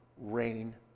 rain